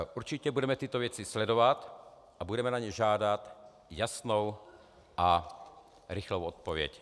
Určitě budeme tyto věci sledovat a budeme na ně žádat jasnou a rychlou odpověď.